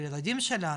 לילדים שלנו,